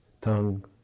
tongue